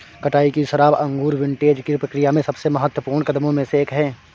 कटाई की शराब अंगूर विंटेज की प्रक्रिया में सबसे महत्वपूर्ण कदमों में से एक है